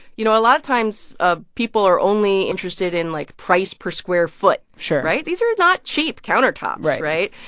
you know, a lot of times people are only interested in, like, price per square foot sure right? these are not cheap countertops. right. right?